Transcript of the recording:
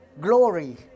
glory